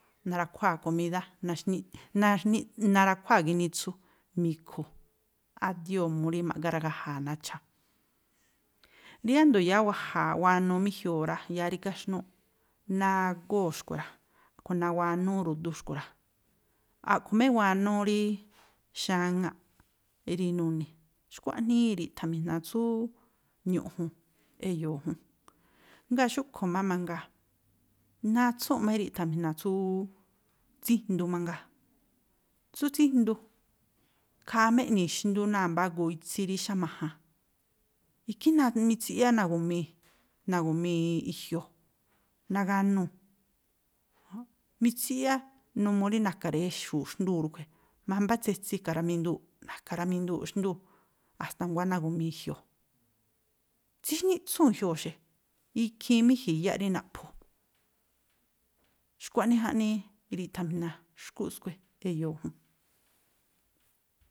Narakhuáa̱ komídá, narakhuáa̱ ginitsu mi̱khu̱ a̱dióo̱ mu rí ma̱ꞌga ragaja̱a̱ nacha̱. Riándo̱ yáá waja̱a̱, wanuu má i̱jioo̱ rá, yáá rígá xnúu̱ꞌ, nagóo̱ xkui̱ rá, a̱ꞌkhui̱ nawanúú ru̱dú xkui̱ rá. A̱ꞌkhui̱ má iwanúú rí xáŋáꞌ rí nuni̱, xkua̱ꞌnii iri̱tha̱mi̱jna̱ tsúúú ñu̱ꞌju̱n e̱yo̱o̱ jún. Ngáa̱ xúꞌkhui̱ má mangaa natsúu̱nꞌ má iri̱ꞌtha̱mi̱jna̱ tsúúú tsíjndu mangaa. Tsú tsíjndu khaa má eꞌnii̱ xndú náa̱ mbá agoo itsí rí xáma̱jan, ikhí náa̱ rí mitsiꞌyá nagu̱mii̱, nagu̱mii i̱jioo̱, naganuu̱, mitsiꞌyá, numuu rí na̱ka̱ rayaxu̱u̱ xndúu̱ ríꞌkhui̱, mámbá tsetsi e̱ka̱ raminduu̱ꞌ, na̱ka̱ raminduu̱ꞌ xndúu̱, a̱sta̱ nguá nagu̱mii i̱jioo̱. Tsíxníꞌtsúu̱n i̱jioo̱ xe, ikhiin má i̱ji̱n iyáꞌ rí naꞌphu̱. Xkua̱ꞌnii jaꞌnii iri̱ꞌtha̱mi̱jna̱ xkúꞌ skui̱ e̱yo̱o̱ jún.